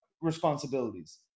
responsibilities